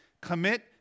Commit